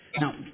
Now